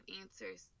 answers